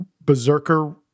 berserker